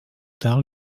tard